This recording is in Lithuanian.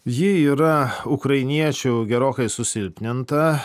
ji yra ukrainiečių gerokai susilpninta